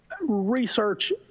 research